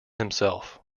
himself